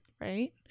right